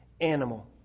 animal